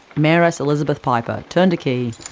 mayoress elizabeth piper turned a key,